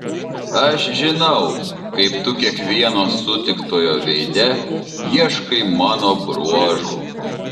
aš žinau kaip tu kiekvieno sutiktojo veide ieškai mano bruožų